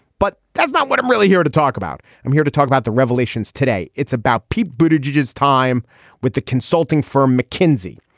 but that's not what i'm really here to talk about. i'm here to talk about the revelations today. it's about people. buddha judges time with the consulting firm mckinsey.